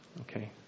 Okay